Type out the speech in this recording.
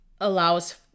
allows